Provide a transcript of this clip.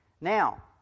Now